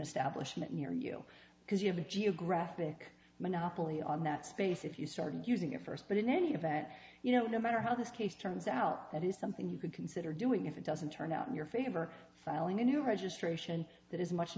establishment near you because you have a geographic monopoly on that space if you started using it first but in any event you know no matter how this case turns out that is something you could consider doing if it doesn't turn out in your favor filing a new registration that is much